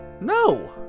No